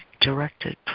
directed